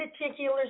particular